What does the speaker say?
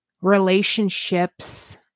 relationships